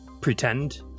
Pretend